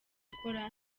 gukora